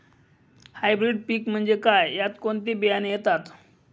Hybrid पीक म्हणजे काय? यात कोणते बियाणे येतात?